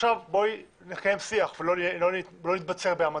עכשיו בואי נקיים שיח ולא נתבצר בעמדות,